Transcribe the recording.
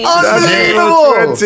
Unbelievable